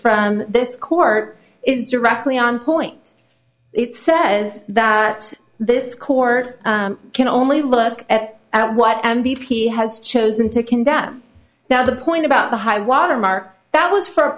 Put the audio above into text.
for this court is directly on point it says that this court can only look at what b p has chosen to condemn now the point about the high watermark that was for a